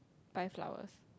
buy flowers